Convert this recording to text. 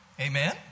Amen